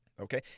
Okay